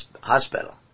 hospital